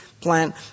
plant